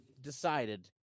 decided